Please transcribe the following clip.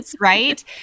right